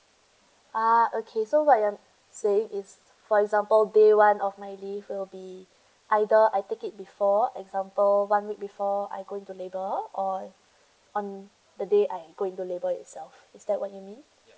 ah okay so what you're saying is for example day one of my leave will be either I take it before example one week before I go into labour or on the day I go into labor itself is that what you mean